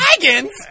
dragons